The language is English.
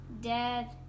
Dad